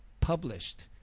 published